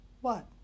What